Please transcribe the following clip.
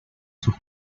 sus